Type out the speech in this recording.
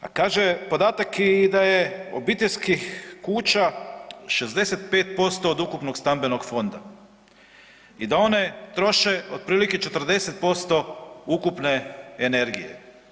A kaže podatak i da je obiteljskih kuća 65% od ukupnog stambenog fonda i da one troše otprilike 40% ukupne energije.